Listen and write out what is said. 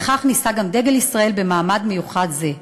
וכך נישא גם דגל ישראל במעמד מיוחד זה.